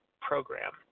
program